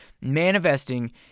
manifesting